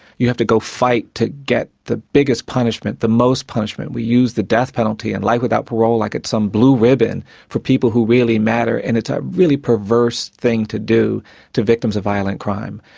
you have to go and fight to get the biggest punishment, the most punishment. we use the death penalty and life without parole like it's some blue ribbon for people who really matter. and it's a really perverse thing to do to victims of violent crime.